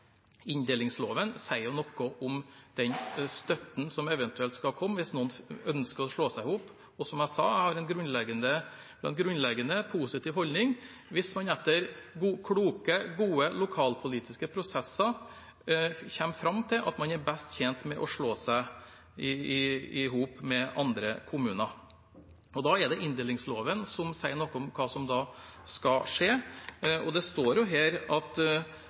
Inndelingsloven sier jo noe om den støtten som eventuelt skal komme hvis noen ønsker å slå seg sammen. Og som jeg sa: Jeg har en grunnleggende positiv holdning hvis man etter kloke, gode lokalpolitiske prosesser kommer fram til at man er best tjent med å slå seg sammen med andre kommuner. Da er det inndelingsloven som sier noe om hva som da skal skje, og det står jo her at